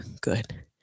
good